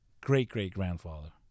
great-great-grandfather